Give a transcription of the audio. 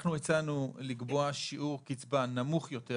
אנחנו הצענו לקבוע שיעור קצבה נמוך יותר,